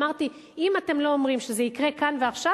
אמרתי: אם אתם לא אומרים שזה יקרה כאן ועכשיו,